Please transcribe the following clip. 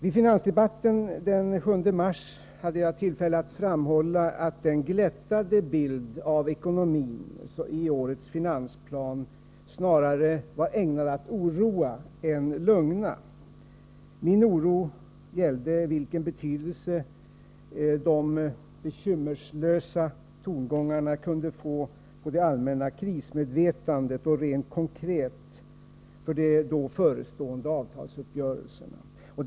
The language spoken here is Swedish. I finansdebatten den 7 mars hade jag tillfälle att framhålla att den glättade bilden av ekonomin i årets finansplan snarare var ägnad att oroa än att lugna. Min oro gällde vilken betydelse de bekymmerslösa tongångarna kunde få för det allmänna krismedvetandet och, rent konkret, för de då förestående avtalsuppgörelserna.